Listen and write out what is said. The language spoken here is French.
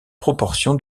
proportion